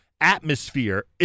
atmosphere